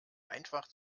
einfach